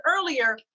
earlier